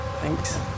Thanks